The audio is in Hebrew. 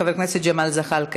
חבר הכנסת ג'מאל זחאלקה,